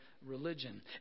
religion